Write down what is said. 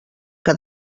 que